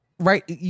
right